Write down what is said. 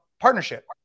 Partnership